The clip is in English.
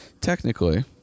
technically